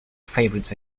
favourites